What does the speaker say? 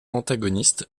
antagonistes